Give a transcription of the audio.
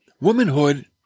womanhood